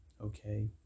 okay